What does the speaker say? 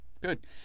Good